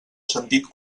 sentit